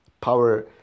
power